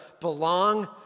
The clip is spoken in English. belong